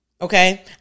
okay